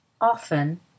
Often